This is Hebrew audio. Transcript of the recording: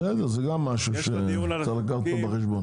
בסדר, זה גם משהו שצריך לקחת אותו בחשבון.